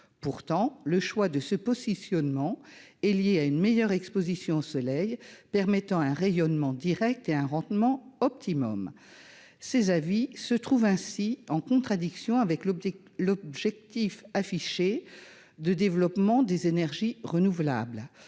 pourtant le choix de ce positionnement est liée à une meilleure Exposition au soleil permettant un rayonnement Direct et un rendement optimum ces avis se trouve ainsi en contradiction avec l'objectif, l'objectif affiché de développement des énergies renouvelables,